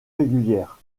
régulières